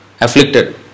afflicted